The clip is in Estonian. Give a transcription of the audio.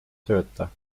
tööta